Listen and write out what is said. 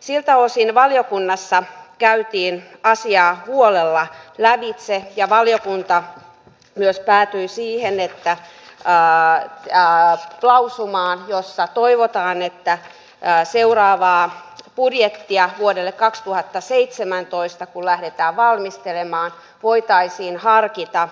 siltä osin valiokunnassa käytiin asiaa huolella lävitse ja valiokunta myös päättyi siihen että rahaa jää lausumaan jossa toivotaan että pääseuraavaa budjettia vuodelle kaksituhattaseitsemäntoista kun lähdetään valmistelemaan voitaisiin harkita